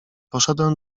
poszedłem